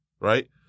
right